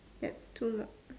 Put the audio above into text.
ya two dark